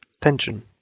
tension